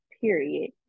period